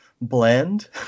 blend